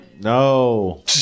no